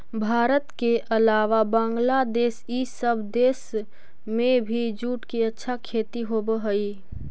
भारत के अलावा बंग्लादेश इ सब देश में भी जूट के अच्छा खेती होवऽ हई